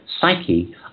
psyche